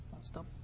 Stop